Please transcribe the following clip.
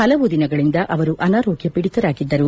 ಹಲವು ದಿನಗಳಂದ ಅವರು ಅನಾರೋಗ್ತ ಪೀಡಿತರಾಗಿದ್ದರು